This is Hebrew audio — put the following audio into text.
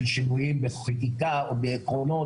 שבנויים בחקיקה או בעקרונות,